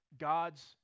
God's